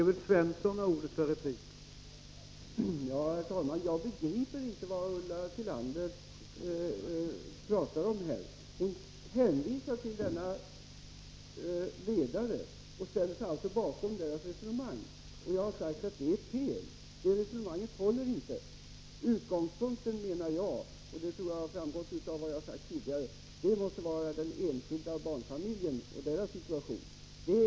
Herr talman! Jag begriper inte vad Ulla Tillander här pratar om. Hon hänvisar till denna ledare i Dagens Nyheter och ställer sig bakom tidningens resonemang. Jag har sagt att det är fel. Det resonemanget håller inte. Utgångspunkten måste — det tror jag har framgått av vad jag tidigare har sagt — vara den enskilda barnfamiljen och dess situation.